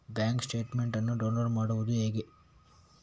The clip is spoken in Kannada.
ಬ್ಯಾಂಕ್ ಸ್ಟೇಟ್ಮೆಂಟ್ ಅನ್ನು ಡೌನ್ಲೋಡ್ ಮಾಡುವುದು ಹೇಗೆ?